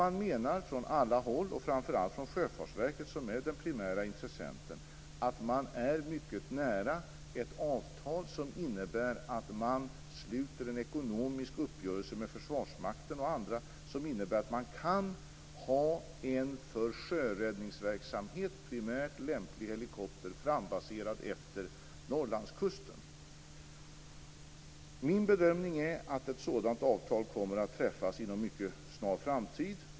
Man menar från alla håll, och framför allt från den primära intressenten Sjöfartsverket, att man är mycket nära ett avtal. Man träffar en ekonomisk uppgörelse med Försvarsmakten och andra som innebär att man kan ha en för sjöräddningsverksamhet lämplig helikopter frambaserad efter Norrlandskusten. Min bedömning är att ett sådant avtal kommer att träffas inom en mycket snar framtid.